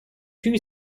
two